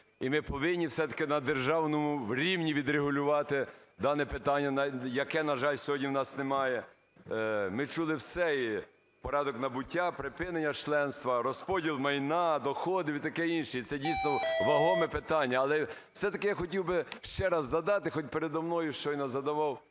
І ми повинні все-таки на державному рівні відрегулювати дане питання, яке, на жаль, сьогодні в нас немає Ми чули все: і порядок набуття, припинення членства, розподіл майна, доходів і таке інше. І це дійсно вагоме питання. Але все-таки я хотів би ще раз задати, хоч переді мною щойно задавав